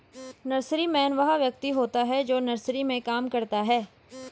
nurseryman वह व्यक्ति होता है जो नर्सरी में काम करता है